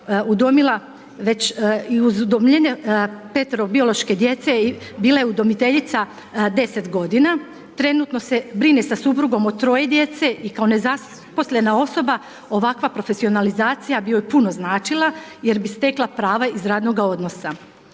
udomila već, i uz petero biološke djece bila je udomiteljica deset godina, trenutno se brine sa suprugom o troje djece i kao nezaposlena osoba ovakva profesionalizacija bi joj puno značila jer bi stekla prava iz radnoga odnosa.